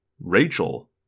Rachel